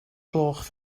gloch